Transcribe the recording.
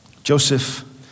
Joseph